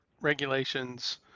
regulations